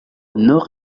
nord